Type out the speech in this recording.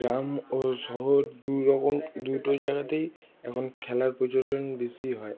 গ্রাম ও শহর দু রকম দুটো জায়গাতেই এখন খেলার প্রচলন বেশি হয়